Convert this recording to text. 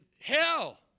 Hell